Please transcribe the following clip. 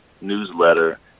newsletter